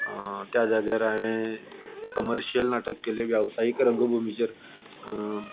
त्या जाग्यार हांवें कमर्शल नाटक केलें वेवसायीक रंगभुमीचेर